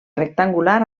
rectangular